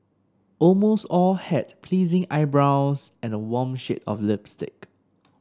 almost all had pleasing eyebrows and a warm shade of lipstick